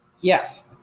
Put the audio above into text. Yes